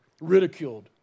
ridiculed